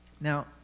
Now